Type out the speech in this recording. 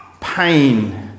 pain